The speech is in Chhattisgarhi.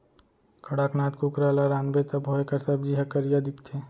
कड़कनाथ कुकरा ल रांधबे तभो एकर सब्जी ह करिया दिखथे